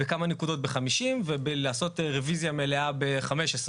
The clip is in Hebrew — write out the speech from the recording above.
בכמה נקודות ב-50 ולעשות רביזיה מלאה ב-15.